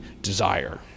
desire